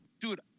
dude